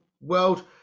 world